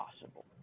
possible